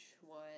one